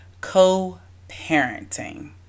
Co-parenting